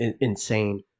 insane